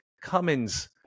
Cummins